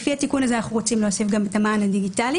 לפי התיקון הזה אנחנו רוצים להוסיף גם את המען הדיגיטלי.